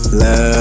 Love